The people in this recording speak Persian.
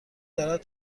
دارد